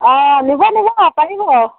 অ' নিব নিব পাৰিব